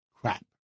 crap